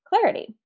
clarity